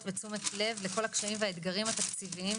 ותשומת לב לכל הקשיים והאתגרים התקציביים,